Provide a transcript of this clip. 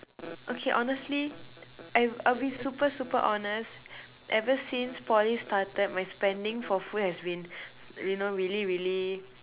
okay honestly I I'll be super super honest ever since Poly started my spendings for food has been you know really really